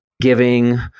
giving